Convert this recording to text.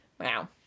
Wow